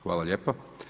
Hvala lijepa.